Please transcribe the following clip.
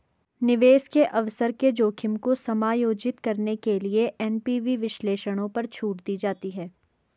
निवेश के अवसर के जोखिम को समायोजित करने के लिए एन.पी.वी विश्लेषणों पर छूट दी जाती है